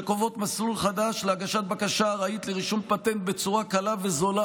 שקובעות מסלול חדש להגשת בקשה עראית לרישום פטנט בצורה קלה וזולה,